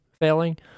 failing